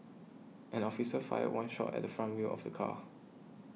an officer fired one shot at the front wheel of the car